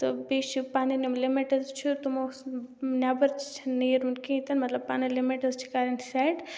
تہٕ بیٚیہِ چھِ پَنٕنۍ یِم لِمِٹٕز چھِ تِمو نیٚبَر چھِنہٕ نیرُن کینٛہہ تِنہٕ مطلب پَنٕنۍ لِمِٹٕز چھِ کَرٕنۍ سٮ۪ٹ